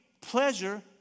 pleasure